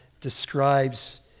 describes